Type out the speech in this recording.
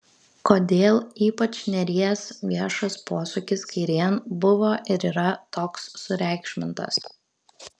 kodėl ypač nėries viešas posūkis kairėn buvo ir yra toks sureikšmintas